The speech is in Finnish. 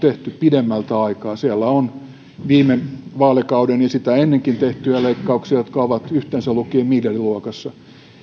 pidemmältä aikaa siellä on viime vaalikaudella ja sitä ennenkin tehtyjä leikkauksia jotka ovat yhteensä lukien miljardiluokassa